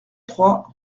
trois